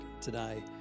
today